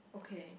okay